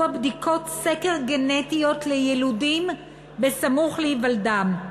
בדיקות סקר גנטיות ליילודים סמוך להיוולדם,